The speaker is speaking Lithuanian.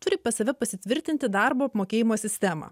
turi pas save pasitvirtinti darbo apmokėjimo sistemą